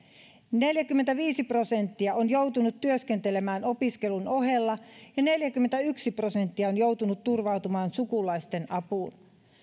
neljäkymmentäviisi prosenttia on joutunut työskentelemään opiskelun ohella ja neljäkymmentäyksi prosenttia on joutunut turvautumaan sukulaisten apuun